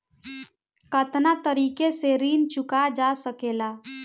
कातना तरीके से ऋण चुका जा सेकला?